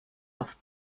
auf